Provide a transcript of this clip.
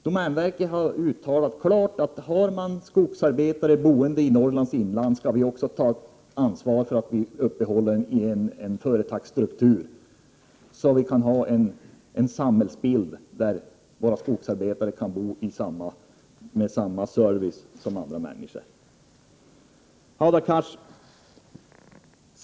Domänverket har klart sagt ifrån, att har man skogsarbetare som bor i Norrlands inland, skall det upprätthållas en företagsstruktur som gör att skogsarbetarna kan få samma service som andra människor. Hadar Cars!